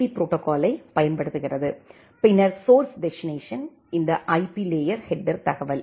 B ப்ரோடோகால்யைப் பயன்படுத்துகிறது பின்னர் சோர்ஸ் டெஸ்டினேஷன் இந்த ஐபி லேயர் ஹெட்டர் தகவல்